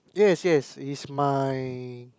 yes yes his smile